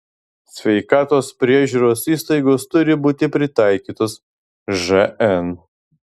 sveikatos priežiūros įstaigos turi būti pritaikytos žn